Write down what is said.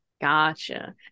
gotcha